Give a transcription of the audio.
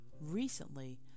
recently